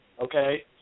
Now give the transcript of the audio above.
Okay